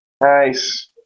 Nice